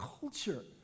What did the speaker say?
culture